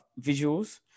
visuals